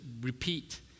repeat